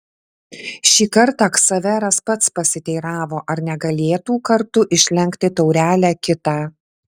šį kartą ksaveras pats pasiteiravo ar negalėtų kartu išlenkti taurelę kitą